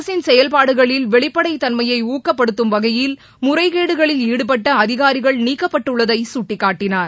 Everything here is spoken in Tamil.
அரசின் செயல்பாடுகளில் வெளிப்படைத்தன்மையை ஊக்கப்படுத்தும் வகையில் முறைகேடுகளில் ஈடுபட்ட அதிகாரிகள் நீக்கப்பட்டுள்ளதை சுட்டிக்காட்டினார்